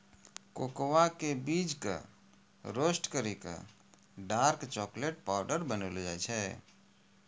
cocoa के बीज कॅ रोस्ट करी क डार्क चाकलेट पाउडर बनैलो जाय छै